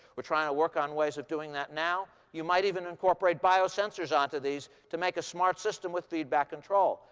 we're trying to work on ways of doing that now. you might even incorporate biosensors onto these to make a smart system with feedback control.